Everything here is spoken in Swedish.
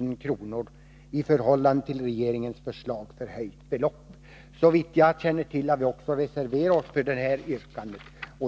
000 kr. i förhållande till regeringens förslag förhöjt anslag”. Såvitt jag känner till har vi också reserverat oss för detta yrkande.